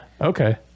Okay